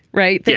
right.